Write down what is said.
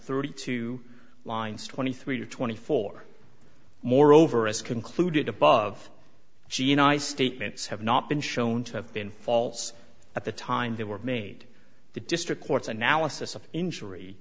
thirty two lines twenty three to twenty four moreover as concluded above she and i statements have not been shown to have been false at the time they were made the district court's analysis of injury